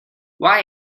why